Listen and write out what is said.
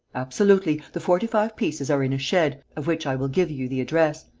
absolutely. the forty-five pieces are in a shed, of which i will give you the address,